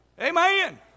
Amen